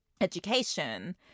education